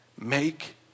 make